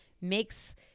makes